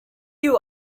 you